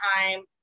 time